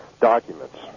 documents